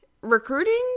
recruiting